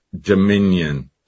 dominion